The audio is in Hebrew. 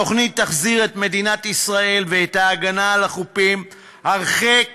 התוכנית תחזיר את מדינת ישראל ואת ההגנה על החופים הרחק